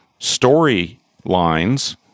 storylines